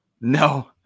No